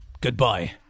goodbye